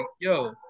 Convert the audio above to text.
yo